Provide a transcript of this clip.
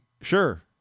Sure